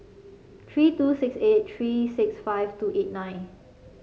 three two six eight three six five two eight nine